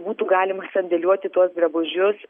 būtų galima sandėliuoti tuos drabužius